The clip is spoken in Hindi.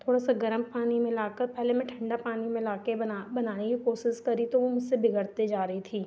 थोड़ा सा गर्म पानी मिलाकर पहले मैं ठंडा पानी मिलाकर बना बनाने की कोशिश करी तो वह मुझसे बिगड़ते जा रही थी